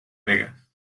vegas